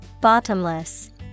Bottomless